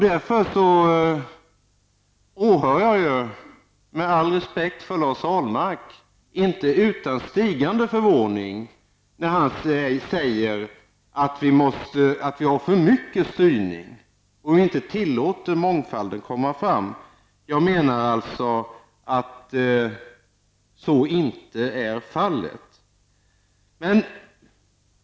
Därför åhör jag, med all respekt för Lars Ahlmark, inte utan stigande förvåning när Lars Ahlmark säger att vi har för mycket styrning och inte tillåter mångfalden råda. Jag menar alltså att så inte är fallet.